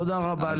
תודה רבה לך.